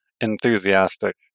enthusiastic